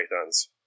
pythons